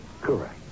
Correct